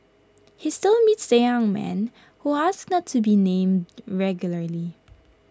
he still meets the young man who asked not to be named regularly